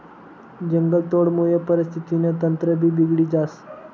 जंगलतोडमुये परिस्थितीनं तंत्रभी बिगडी जास